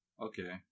Okay